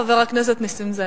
חבר הכנסת נסים זאב.